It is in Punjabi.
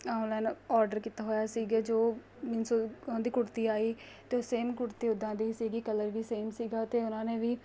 ਔਨਲਾਈਨ ਔਡਰ ਕੀਤਾ ਹੋਇਆ ਸੀਗਾ ਜੋ ਮਿਂਸ ਉਹਨਾਂ ਦੀ ਕੁੜਤੀ ਆਈ ਅਤੇ ਸੇਮ ਕੁੜਤੀ ਓਦਾਂ ਦੀ ਸੀਗੀ ਕਲਰ ਵੀ ਸੇਮ ਸੀਗਾ ਅਤੇ ਉਹਨਾਂ ਨੇ ਵੀ